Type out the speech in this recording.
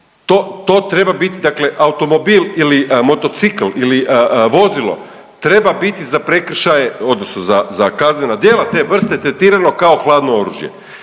to treba biti dakle automobil ili motocikl ili vozilo treba biti za prekršaje odnosno za kaznena djela te vrste tretirano kao hladno oružje.